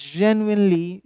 genuinely